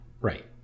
Right